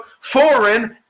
foreign